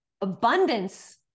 Abundance